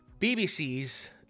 bbc's